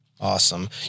Awesome